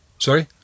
sorry